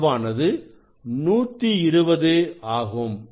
அளவானது 120 ஆகும்